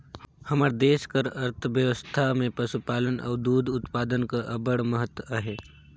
हमर देस कर अर्थबेवस्था में पसुपालन अउ दूद उत्पादन कर अब्बड़ महत अहे